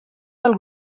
del